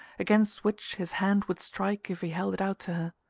against which his hand would strike if he held it out to